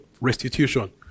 Restitution